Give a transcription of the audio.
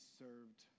served